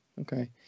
Okay